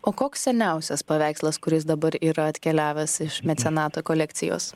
o koks seniausias paveikslas kuris dabar yra atkeliavęs iš mecenato kolekcijos